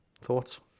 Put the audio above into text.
Thoughts